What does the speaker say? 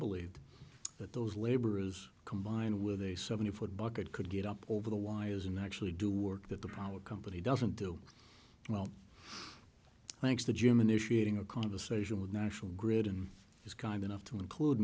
believed that those laborers combined with a seventy foot bucket could get up over the wires and actually do work that the power company doesn't do well thanks to jim initiating a conversation with national grid and he's kind enough to include